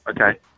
Okay